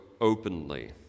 openly